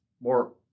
more